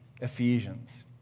Ephesians